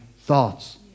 thoughts